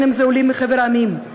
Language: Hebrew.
אם עולים מחבר המדינות,